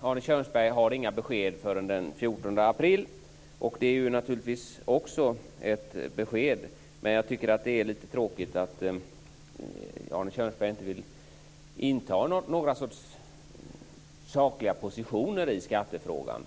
Arne Kjörnsberg inte hade några besked förrän den 14 april. Det är naturligtvis också ett besked, men jag tycker att det är lite tråkigt att Arne Kjörnsberg inte vill inta några sorts sakliga positioner i skattefrågan.